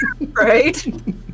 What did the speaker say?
Right